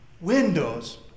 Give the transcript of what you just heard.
Windows